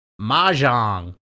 Mahjong